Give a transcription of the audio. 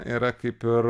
yra kaip ir